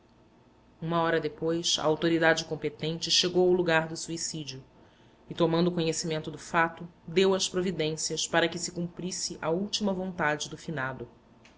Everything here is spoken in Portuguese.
uma hora depois a autoridade competente chegou ao lugar do suicídio e tomando conhecimento do fato deu as providências para que se cumprisse a última vontade do finado